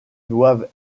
doivent